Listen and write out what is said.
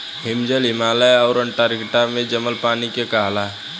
हिमजल, हिमालय आउर अन्टार्टिका पर जमल पानी के कहाला